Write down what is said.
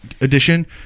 edition